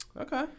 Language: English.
Okay